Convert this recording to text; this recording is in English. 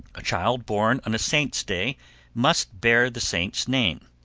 a child born on a saint's day must bear the saint's name.